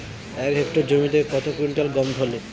এক হেক্টর জমিতে কত কুইন্টাল গম ফলে?